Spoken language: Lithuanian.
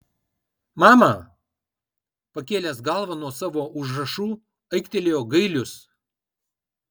mama pakėlęs galvą nuo savo užrašų aiktelėjo gailius